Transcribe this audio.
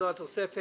הצבעה בעד,